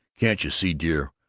can't you see, dear,